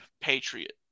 patriot